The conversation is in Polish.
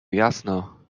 jasno